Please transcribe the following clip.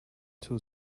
two